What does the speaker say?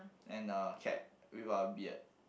and a cap with a beard